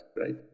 right